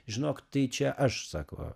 žinok tai čia aš sako